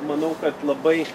manau kad labai